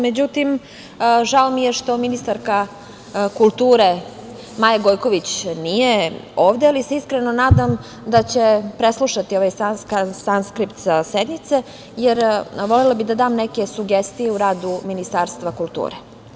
Međutim, žao mi je što ministarka kulture, Maja Gojković, nije ovde, ali se iskreno nadam da će preslušati ovaj sanskript sa sednice, jer bih volela da dam neke sugestije u radu Ministarstva kulture.